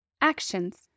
Actions